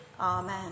Amen